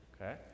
okay